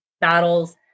battles